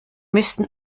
müssen